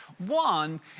One